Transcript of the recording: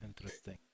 Interesting